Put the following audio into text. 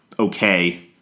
okay